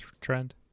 trend